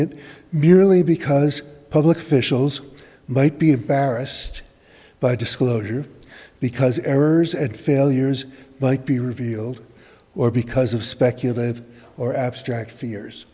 it merely because public officials might be embarrassed by disclosure because errors and failures but be revealed or because of speculative or abstract